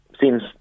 seems